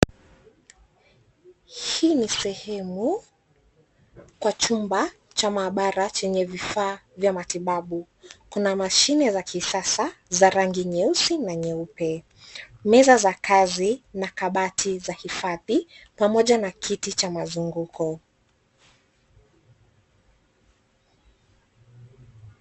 Hii ni sehemu kwa chumba cha maabara chenye vifaa vya matibabu. Kuna mashine za kisasa za rangi nyeusi na nyeupe. Meza za kazi na kabati za hifadhi pamoja na kiti cha mazunguko.